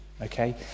okay